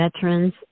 veterans